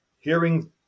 hearing